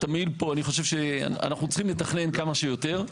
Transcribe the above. אנחנו צריכים לתכנן כמה שיותר.